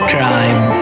Crime